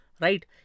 Right